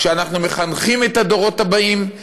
כשאנחנו מחנכים את הדורות הבאים,